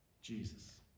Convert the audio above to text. Jesus